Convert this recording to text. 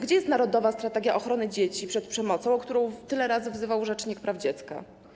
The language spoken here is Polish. Gdzie jest narodowa strategia ochrony dzieci przed przemocą, o którą tyle raz apelował rzecznik praw dziecka?